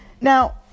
Now